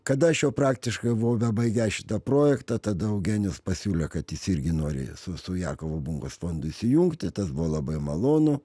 kada aš jau praktiškai buvo bebaigiąs šitą projektą tada eugenijus pasiūlė kad jis irgi nori su su jakovo bunkos fondu įsijungti tas buvo labai malonu